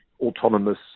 autonomous